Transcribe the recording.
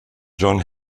john